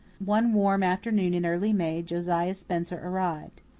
one warm afternoon in early may josiah spencer arrived.